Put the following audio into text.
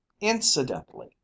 incidentally